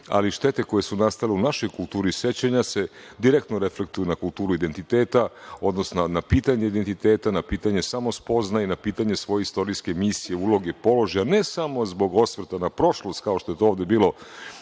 ali štete koje su nastale u našoj kulturi sećanja se direktno reflektuju na kulturu identiteta, odnosno na pitanje identiteta, na pitanje samospoznaje i na pitanje svoje istorijske misije, uloge, položaja, ne samo zbog osvrta na prošlost, kao što je to ovde bilo